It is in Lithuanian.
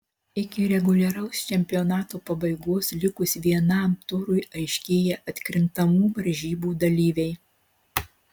iki reguliaraus čempionato pabaigos likus vienam turui aiškėja atkrintamų varžybų dalyviai